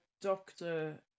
doctor